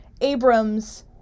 Abrams